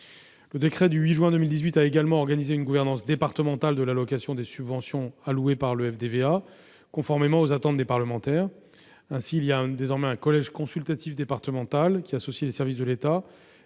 Le décret du 8 juin 2018 a également organisé une gouvernance départementale de l'allocation des subventions allouées par le FDVA, conformément aux attentes des parlementaires. Ainsi, un collège consultatif départemental associe les services de l'État,